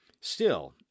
Still